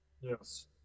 Yes